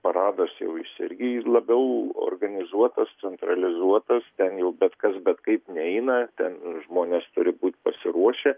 paradas jau jis irgi labiau organizuotas centralizuotas ten jau bet kas bet kaip neina ten žmonės turi būt pasiruošę